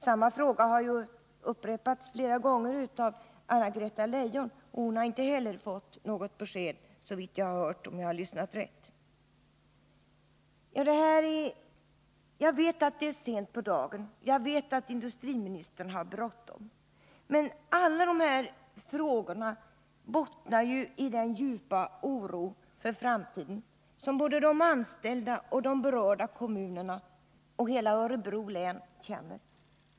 Samma fråga har upprepats flera gånger av Anna-Greta Leijon, och hon har inte heller fått något besked, om jag har lyssnat rätt. Jag vet att det är sent på dagen, jag vet att industriministern har bråttom, men alla de här frågorna bottnar i den djupa oro för framtiden som såväl de anställda som de berörda kommunerna och hela Örebro län känner.